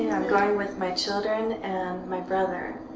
and i'm going with my children and my brother.